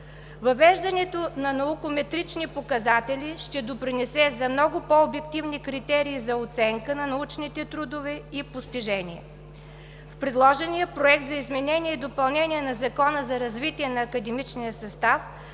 Въвеждането на наукометрични показатели ще допринесе за много по-обективни критерии за оценка на научните трудове и постижения. В предложения Проект за изменение и допълнение на Закона за развитие на академичния състав